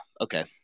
Okay